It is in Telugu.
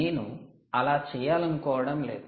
నేను అలా చేయాలనుకోవడం లేదు